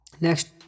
next